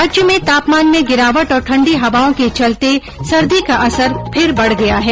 राज्य में तापमान में गिरावट और ठण्डी हवाओं के चलते सर्दी का असर फिर बढ़ गया है